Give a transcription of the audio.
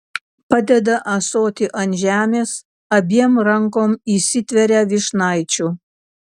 padeda ąsotį ant žemės abiem rankom įsitveria vyšnaičių